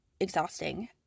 exhausting